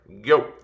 go